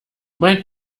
mein